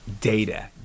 data